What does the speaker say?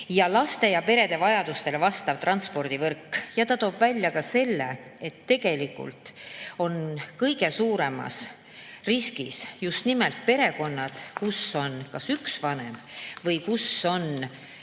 laste ja perede vajadustele vastav transpordivõrk. Ta tõi välja ka selle, et tegelikult on kõige suuremas riskis just nimelt perekonnad, kus on üks vanem või kus on